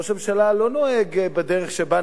ראש הממשלה לא נוהג בדרך שבה,